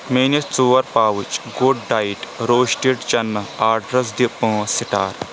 میٲنِس ژور pouch good diet roasted چنہٕ آڈرَس دِ پانٛژھ سِٹار